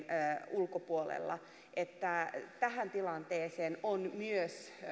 ulkopuolella tähän tilanteeseen on myös